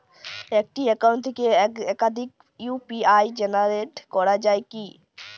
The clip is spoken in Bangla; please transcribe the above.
একটি অ্যাকাউন্ট থেকে একাধিক ইউ.পি.আই জেনারেট করা যায় কি?